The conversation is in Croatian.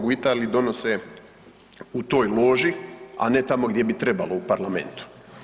Italiji donose u toj loži a ne tamo gdje bi trebalo, u parlamentu.